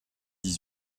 dix